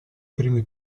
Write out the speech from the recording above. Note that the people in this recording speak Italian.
primi